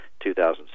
2006